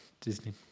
Disney